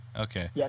Okay